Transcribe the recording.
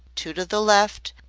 two to the left,